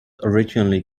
originally